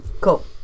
Cool